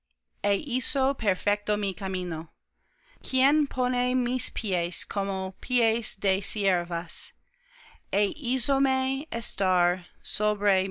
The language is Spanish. e hizo perfecto mi camino quien pone mis pies como pies de ciervas e hízome estar sobre